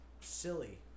silly